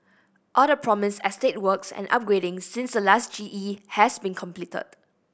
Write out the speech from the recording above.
all the promised estate works and upgrading since the last G E have been completed